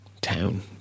town